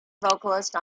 vocalist